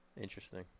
Interesting